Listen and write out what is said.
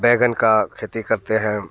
बैंगन की खेती करते हैं